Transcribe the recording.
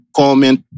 comment